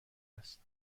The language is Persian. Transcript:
است